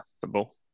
football